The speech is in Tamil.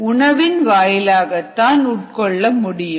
உணவின் வாயிலாகத்தான் உட்கொள்ள முடியும்